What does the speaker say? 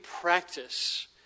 practice